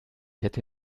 hätte